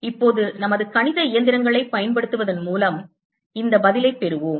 இப்போது நமது கணித இயந்திரங்களைப் பயன்படுத்துவதன் மூலம் இந்த பதிலைப் பெறுவோம்